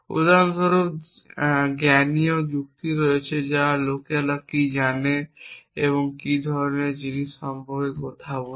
উদাহরণস্বরূপ জ্ঞানীয় যুক্তি আছে যা অন্য লোকেরা কী জানে এবং এই ধরণের জিনিস সম্পর্কে কথা বলে